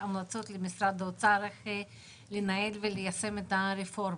המלצות למשרד האוצר איך לנהל וליישם את הרפורמה.